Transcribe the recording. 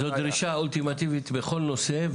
זו הדרישה האולטימטיבית בכל נושא,